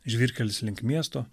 žvyrkelis link miesto